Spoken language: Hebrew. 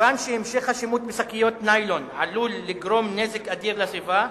מכיוון שהמשך השימוש בשקיות ניילון עלול לגרום נזק אדיר לסביבה,